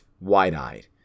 wide-eyed